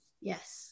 Yes